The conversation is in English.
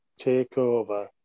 takeover